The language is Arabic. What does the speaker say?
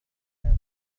ثلاثة